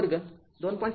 ६ चा वर्ग २